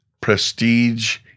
prestige